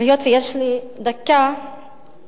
היות שיש לי דקה אני